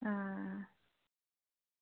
हां